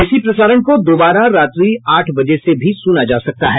इसी प्रसारण को दोबारा रात्रि आठ बजे से भी सुना जा सकता है